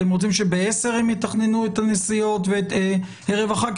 אתם רוצים שב-22:00 הם יתכננו את הנסיעה לערב החג?